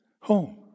home